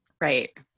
Right